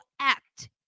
act